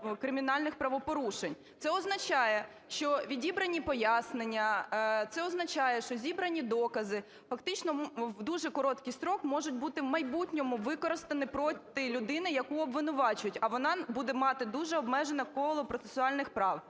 кримінальних правопорушень. Це означає відібрані пояснення, це означає, що зібрані докази фактично в дуже короткий строк можуть бути в майбутньому використані проти людини, яку обвинувачують, а вона буде мати дуже обмежене коло процесуальних прав.